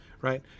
right